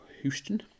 Houston